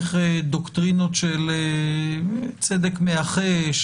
איך דוקטרינות של צדק מאחה,